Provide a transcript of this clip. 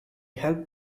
helped